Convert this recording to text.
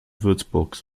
würzburg